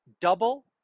double